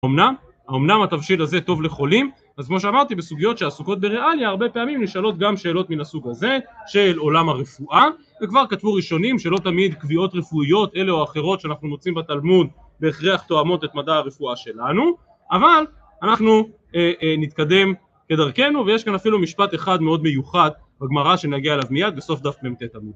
אמנם התבשיל הזה טוב לחולים אז כמו שאמרתי בסוגיות שעסוקות בריאליה הרבה פעמים נשאלות גם שאלות מן הסוג הזה של עולם הרפואה וכבר כתבו ראשונים שלא תמיד קביעות רפואיות אלה או אחרות שאנחנו מוצאים בתלמוד בהכרח תואמות את מדע הרפואה שלנו אבל אנחנו נתקדם כדרכנו ויש כאן אפילו משפט אחד מאוד מיוחד בגמרא שנגיע אליו מיד בסוף דף מ"ט